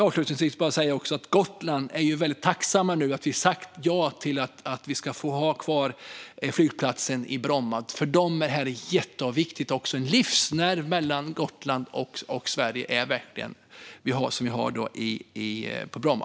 Avslutningsvis vill jag också säga att man på Gotland nu är mycket tacksam för att vi har sagt ja till att ha kvar flygplatsen i Bromma. För dem är detta jätteviktigt. Det är en livsnerv mellan Gotland och fastlandet som vi har i dag i Bromma.